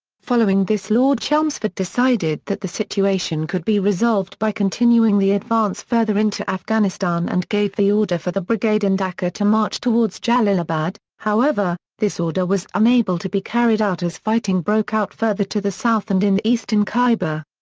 following this lord chelmsford decided that the situation could be resolved by continuing the advance further into afghanistan and gave the order for the brigade in dacca to march towards jalalabad, however, this order was unable to be carried out as fighting broke out further to the south and in the eastern khyber.